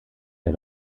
der